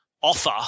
offer